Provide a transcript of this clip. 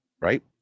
right